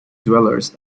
dwellers